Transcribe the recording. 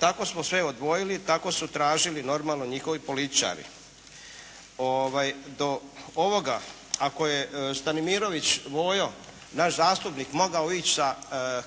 Tako smo sve odvojili, tako su tražili normalno njihovi političari. Do ovoga ako je Stanimirović Vojo naš zastupnik mogao ići sa